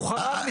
הוא חרג.